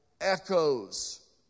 echoes